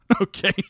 Okay